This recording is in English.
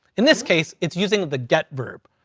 in this case, it's using the get verb,